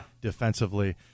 defensively